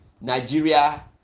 Nigeria